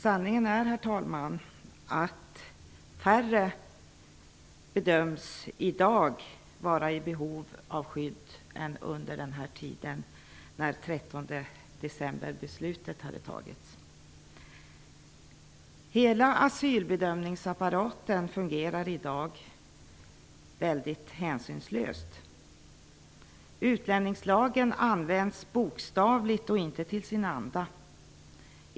Sanningen är, herr talman, att färre bedöms i dag vara i behov av skydd än under den tid då 13 december-beslutet gällde. Hela asylbedömningsapparaten fungerar i dag väldigt hänsynslöst. Utlänningslagen används bokstavligt och inte till sin anda.